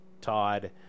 Todd